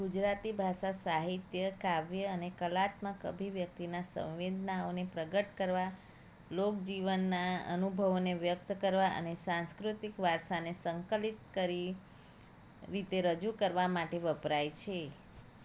ગુજરાતી ભાષા સાહિત્ય કાવ્ય અને કલાત્મક અભિવ્યક્તિના સંવેદનાઓને પ્રગટ કરવા લોકજીવનના અનુભવોને વ્યક્ત કરવા અને સાંસ્કૃતિક વારસાને સંકલિત કરી રીતે રજૂ કરવા માટે વપરાય છે